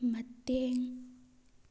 ꯃꯇꯦꯡ